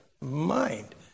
mind